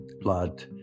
blood